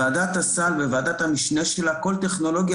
ועדת הסל וועדת המשנה שלה בודקות כל טכנולוגיה.